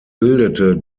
bildete